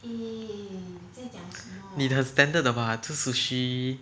你的很 standard 的 what 就是 sushi